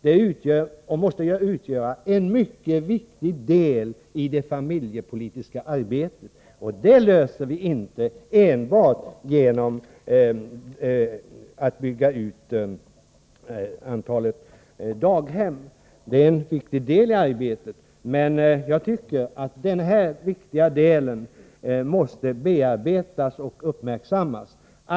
Det är, anser jag, en mycket viktig del i det familjepolitiska arbetet. Dessa problem löser vi inte enbart genom att bygga fler daghem. Att göra det är också en viktig del i arbetet, men jag tycker att det här är någonting som måste särskilt uppmärksammas och bearbetas.